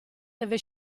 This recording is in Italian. deve